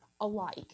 alike